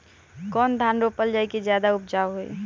कौन धान रोपल जाई कि ज्यादा उपजाव होई?